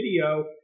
video